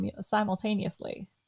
simultaneously